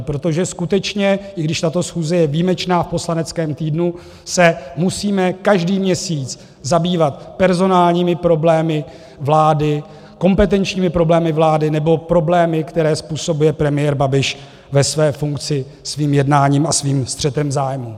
Protože skutečně, i když tato schůze je výjimečná v poslaneckém týdnu, se musíme každý měsíc zabývat personálními problémy vlády, kompetenčními problémy vlády nebo problémy, které způsobuje premiér Babiš ve své funkci svým jednáním a svým střetem zájmů.